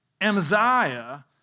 Amaziah